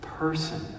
person